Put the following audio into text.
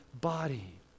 body